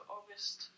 August